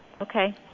Okay